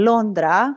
Londra